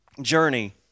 journey